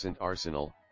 arsenal